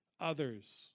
others